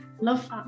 Love